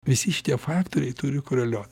visi šitie faktoriai turi koreliuot